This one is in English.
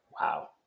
Wow